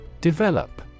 Develop